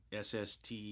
SST